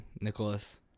Nicholas